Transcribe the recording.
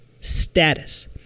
status